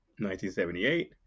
1978